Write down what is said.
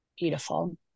Beautiful